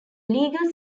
legal